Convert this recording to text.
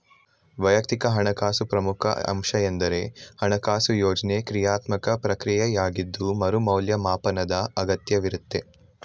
ವೈಯಕ್ತಿಕ ಹಣಕಾಸಿನ ಪ್ರಮುಖ ಅಂಶವೆಂದ್ರೆ ಹಣಕಾಸು ಯೋಜ್ನೆ ಕ್ರಿಯಾತ್ಮಕ ಪ್ರಕ್ರಿಯೆಯಾಗಿದ್ದು ಮರು ಮೌಲ್ಯಮಾಪನದ ಅಗತ್ಯವಿರುತ್ತೆ